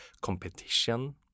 competition